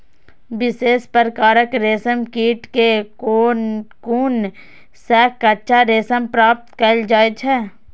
विशेष प्रकारक रेशम कीट के कोकुन सं कच्चा रेशम प्राप्त कैल जाइ छै